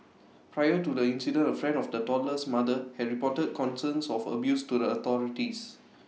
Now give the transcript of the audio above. prior to the incident A friend of the toddler's mother had reported concerns of abuse to the authorities